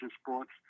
sports